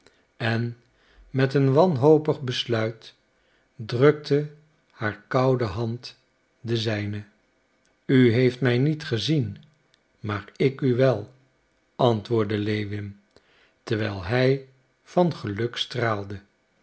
en met een wanhopig besluit drukte haar koude hand de zijne u heeft mij niet gezien maar ik u wel antwoordde lewin terwijl hij van geluk straalde